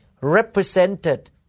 represented